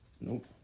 Nope